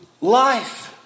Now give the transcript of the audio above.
life